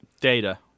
Data